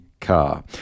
car